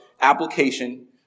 application